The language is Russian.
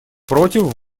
против